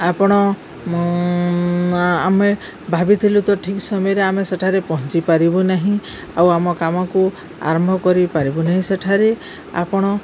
ଆପଣ ଆମେ ଭାବିଥିଲୁ ତ ଠିକ୍ ସମୟରେ ଆମେ ସେଠାରେ ପହଞ୍ଚି ପାରିବୁ ନାହିଁ ଆଉ ଆମ କାମକୁ ଆରମ୍ଭ କରିପାରିବୁ ନାହିଁ ସେଠାରେ ଆପଣ